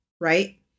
right